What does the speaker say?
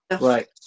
right